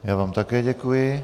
Já vám také děkuji.